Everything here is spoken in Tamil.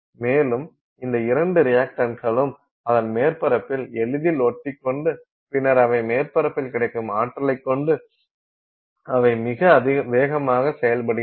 மேலும் இந்த இரண்டு ரியக்டண்ட்களும் அதன் மேற்பரப்பில் எளிதில் ஒட்டிக்கொண்டு பின்னர் அவை மேற்பரப்பில் கிடைக்கும் ஆற்றலைக் கொண்டு அவை மிக வேகமாக செயல்படுகின்றன